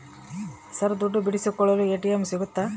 Sir ದುಡ್ಡು ಬಿಡಿಸಿಕೊಳ್ಳಲು ATM ಸಿಗುತ್ತಾ?